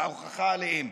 וההוכחה, עליהם.